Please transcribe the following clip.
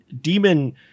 demon